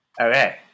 Okay